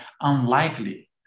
unlikely